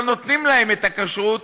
רק לא נותנים להם את הכשרות